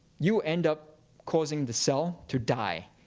you end up causing the cell to die.